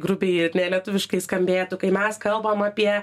grubiai ir nelietuviškai skambėtų kai mes kalbam apie